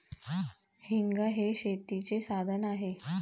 हेंगा हे शेतीचे साधन आहे